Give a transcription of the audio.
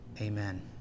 amen